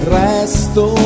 resto